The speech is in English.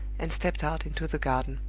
and stepped out into the garden.